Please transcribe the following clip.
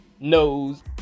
knows